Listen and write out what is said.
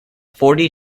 forty